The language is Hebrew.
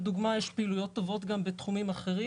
לדוגמה, יש פעילויות טובות גם בתחומים אחרים.